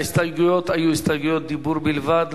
ההסתייגויות היו הסתייגויות דיבור בלבד,